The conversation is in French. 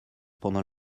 pendant